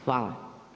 Hvala.